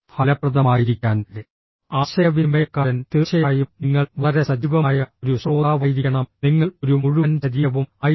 ഫലപ്രദമായിരിക്കാൻ ആശയവിനിമയക്കാരൻ തീർച്ചയായും നിങ്ങൾ വളരെ സജീവമായ ഒരു ശ്രോതാവായിരിക്കണം നിങ്ങൾ ഒരു മുഴുവൻ ശരീരവും ആയിരിക്കണം